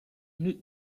newt